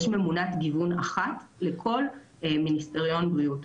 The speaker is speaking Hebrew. יש ממונת גיוון אחת לכל מיניסטריון בריאות,